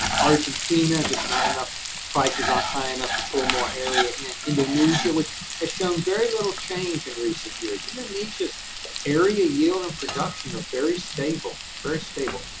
argentina, just not enough prices aren't high enough to pull more area in, indonesia which has shown very little change in recent years, indonesia's area, yield and production are very stable, very stable.